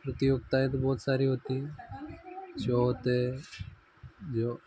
प्रतियोगिताएँ तो बहुत सारी होती हैं स्यो होते हैं जो